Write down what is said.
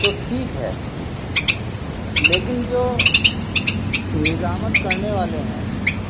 تو ٹھیک ہے لیکن جو نظامت کرنے والے ہیں